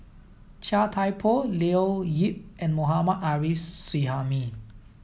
Chia Thye Poh Leo Yip and Mohammad Arif Suhaimi